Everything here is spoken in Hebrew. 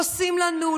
עושים לנו,